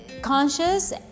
conscious